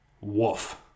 Woof